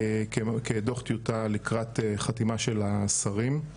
כדוח טיוטה לקראת חתימה של השרים.